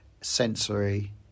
sensory